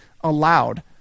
allowed